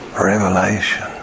Revelation